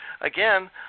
again